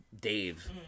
Dave